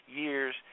years